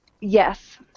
Yes